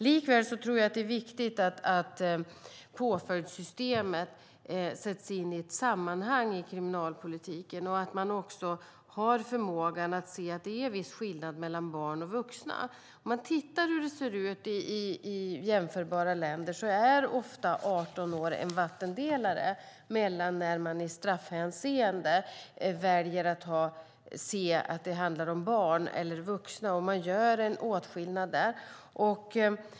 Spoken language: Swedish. Likväl är det viktigt att påföljdssystemet sätts in i ett sammanhang i kriminalpolitiken och att man också har förmågan att se att det är viss skillnad mellan barn och vuxna. Om man tittar hur det ser ut i jämförbara länder är ofta 18 år en vattendelare mellan när man i straffhänseende väljer att se att det handlar om barn eller vuxna. Man gör en åtskillnad där.